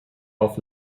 auf